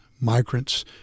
migrants